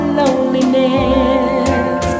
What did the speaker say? loneliness